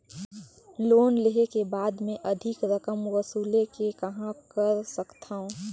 Loan लेहे के बाद मे अधिक रकम वसूले के कहां कर सकथव?